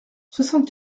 soixante